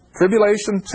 tribulation